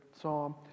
psalm